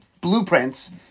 blueprints